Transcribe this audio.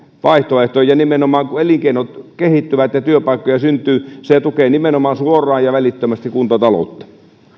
vaihtoehto ja kun elinkeinot kehittyvät ja työpaikkoja syntyy se tukee nimenomaan suoraan ja välittömästi kuntataloutta